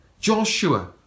Joshua